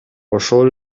ошол